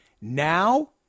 Now